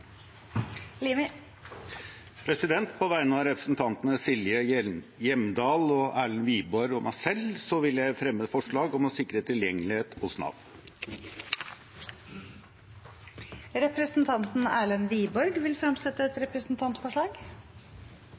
På vegne av representantene Silje Hjemdal, Erlend Wiborg og meg selv vil jeg fremme forslag om å sikre tilgjengelighet hos Nav. Representanten Erlend Wiborg vil fremsette et representantforslag.